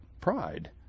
pride